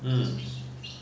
hmm